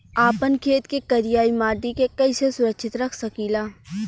आपन खेत के करियाई माटी के कइसे सुरक्षित रख सकी ला?